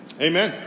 Amen